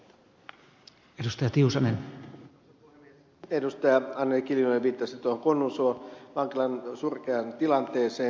anneli kiljunen viittasi tuohon konnunsuon vankilan surkeaan tilanteeseen